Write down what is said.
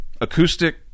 acoustic